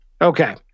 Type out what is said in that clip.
Okay